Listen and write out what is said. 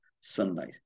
sunlight